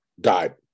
died